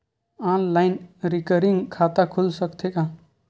Online recurring खाता खुल सकथे का?